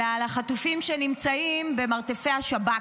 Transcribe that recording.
אלא על החטופים שנמצאים במרתפי השב"כ.